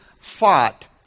fought